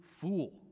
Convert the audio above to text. fool